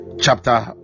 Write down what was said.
chapter